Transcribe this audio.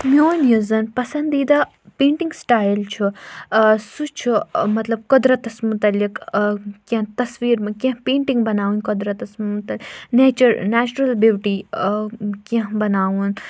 میٛون یُس زَن پَسنٛدیٖدہ پینٛٹِنٛگ سٹایِل چھُ سُہ چھُ مطلب قۄدرَتَس مُتعلِق آ کیٚنٛہہ تصویٖر کیٚنٛہہ پینٛٹِنٛگ بَناوٕنۍ قۄدرَتَس متعلق نیچَر نیچرَل بیوٗٹی آ کیٚنٛہہ بَناوُن